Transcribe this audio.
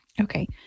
Okay